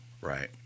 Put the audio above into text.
right